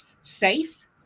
safe